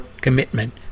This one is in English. commitment